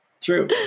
True